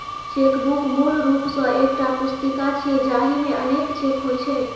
chequebook मूल रूप सं एकटा पुस्तिका छियै, जाहि मे अनेक चेक होइ छै